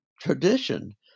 tradition